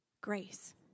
grace